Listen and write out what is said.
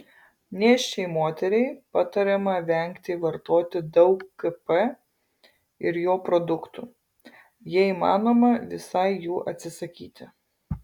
nėščiai moteriai patariama vengti vartoti daug kp ir jo produktų jei įmanoma visai jų atsisakyti